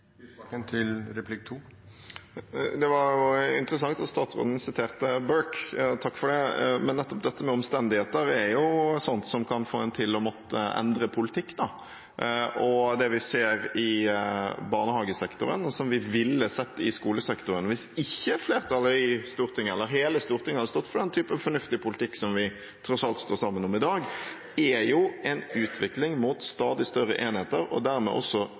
Det var interessant at statsråden siterte Burke. Takk for det. Men nettopp omstendigheter er slikt som kan få en til å måtte endre politikk. Det vi ser i barnehagesektoren, og som vi ville sett i skolesektoren hvis ikke flertallet i Stortinget – hele Stortinget – hadde stått for den type fornuftig politikk som vi tross alt står sammen om i dag, er en utvikling mot stadig større enheter og dermed også